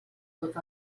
tot